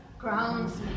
Grounds